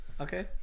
Okay